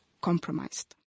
compromised